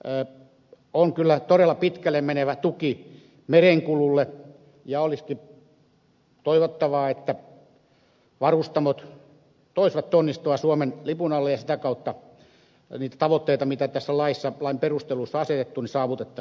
tämä on kyllä todella pitkälle menevä tuki merenkululle ja olisikin toivottavaa että varustamot toisivat tonnistoa suomen lipun alle ja sitä kautta niitä tavoitteita mitä tässä lain perusteluissa on asetettu saavutettaisiin